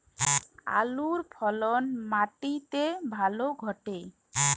আলুর ফলন মাটি তে ভালো ঘটে?